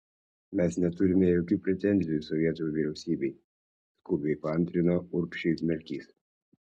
mes neturime jokių pretenzijų sovietų vyriausybei skubiai paantrino urbšiui merkys